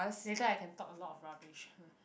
later I can talk a lot of rubbish